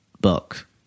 book